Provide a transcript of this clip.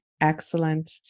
excellent